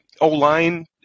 O-line